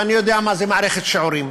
ואני יודע מה זה מערכת שיעורים,